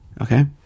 Okay